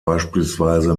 beispielsweise